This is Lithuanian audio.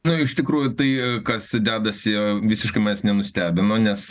nu iš tikrųjų tai kas dedasi visiškai manęs nenustebino nes